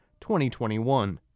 2021